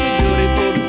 beautiful